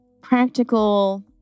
practical